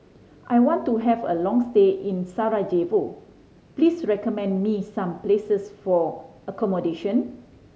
I want to have a long stay in Sarajevo please recommend me some places for accommodation